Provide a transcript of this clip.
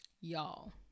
y'all